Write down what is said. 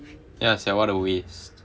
ya sia what a waste